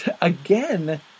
again